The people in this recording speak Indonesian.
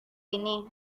ini